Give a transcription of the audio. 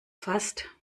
fast